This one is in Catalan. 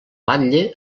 batlle